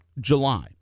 July